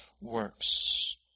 works